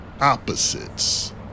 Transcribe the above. Opposites